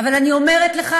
אבל אני אומרת לך